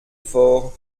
faure